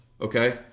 okay